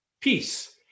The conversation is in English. peace